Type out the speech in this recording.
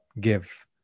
give